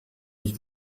nicht